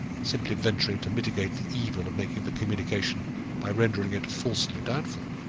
simply venturing to mitigate the evil of making the communication by rendering it falsely doubtful.